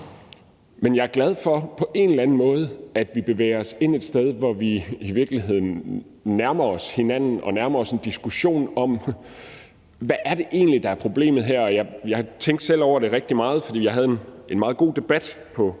en eller anden måde bevæger os ind et sted, hvor vi i virkeligheden nærmer os hinanden og nærmer os en diskussion om, hvad det egentlig er, der er problemet her. Og jeg tænkte selv rigtig meget over det, fordi jeg havde en meget god debat på